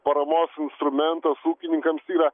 paramos instrumentas ūkininkams yra